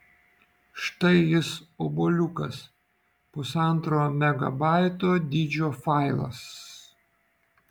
štai jis obuoliukas pusantro megabaito dydžio failas